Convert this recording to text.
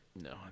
no